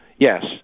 Yes